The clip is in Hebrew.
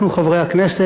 אנחנו, חברי הכנסת,